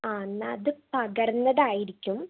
ആ എന്നാൽ അത് പകർന്നതായിരിക്കും